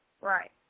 Right